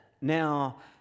Now